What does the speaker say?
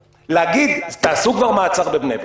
להגיד: תעשו כבר עוצר בבני ברק.